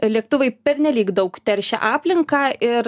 lėktuvai pernelyg daug teršia aplinką ir